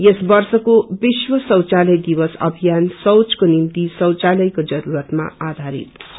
यस वर्षको विश्व शौचालय दिवस अभियान शौचको निम्ति शौचालयको जरूरतमा आधारित छ